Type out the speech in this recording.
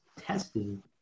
testing